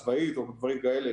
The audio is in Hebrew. צבאית או דברים כאלה,